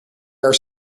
are